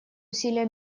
усилия